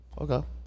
Okay